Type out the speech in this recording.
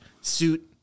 Suit